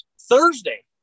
Thursday